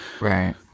right